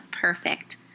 perfect